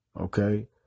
Okay